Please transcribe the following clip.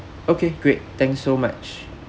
okay great thanks so much